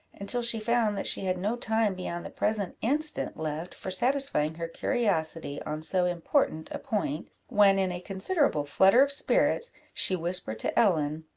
until she found that she had no time beyond the present instant left for satisfying her curiosity on so important a point, when, in a considerable flutter of spirits, she whispered to ellen,